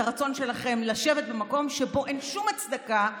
הרצון שלכם לשבת במקום שאין בו שום הצדקה,